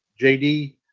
JD